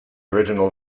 original